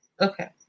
okay